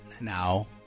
now